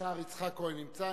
סגן השר יצחק כהן נמצא,